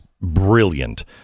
brilliant